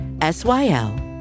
S-Y-L